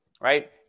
right